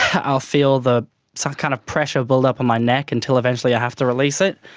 i'll feel the so kind of pressure build up in my neck until eventually i have to release it,